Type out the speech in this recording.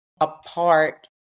apart